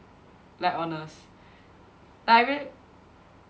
like honest like I ver~